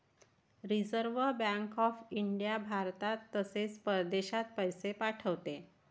reserve bank of India भारतात तसेच परदेशात पैसे पाठवते